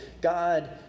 God